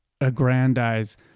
aggrandize